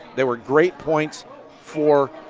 they were great points for